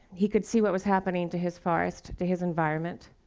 he could see what was happening to his forest, to his environment,